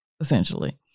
essentially